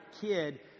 kid